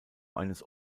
eines